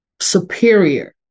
superior